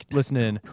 listening